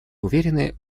уверены